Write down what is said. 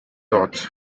dots